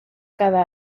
cada